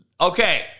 Okay